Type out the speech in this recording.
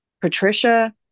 Patricia